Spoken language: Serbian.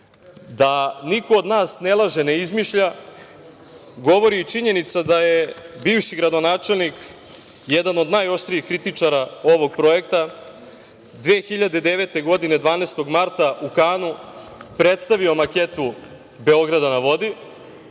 niko od nas ne laže, ne izmišlja govori i činjenica da je bivši gradonačelnik jedan od najoštrijih kritičara ovog projekta, 2009. godine 12 marta u Kanu predstavio maketu „Beograda na vodi“,